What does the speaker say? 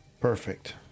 Perfect